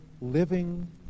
living